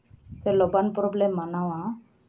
ᱥᱮ ᱞᱚᱵᱟᱱ ᱯᱚᱨᱚᱵᱽ ᱞᱮ ᱢᱟᱱᱟᱣᱟ